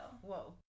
Whoa